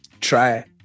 try